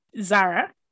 zara